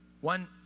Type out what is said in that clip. One